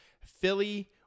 Philly